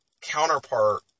counterpart